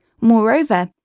Moreover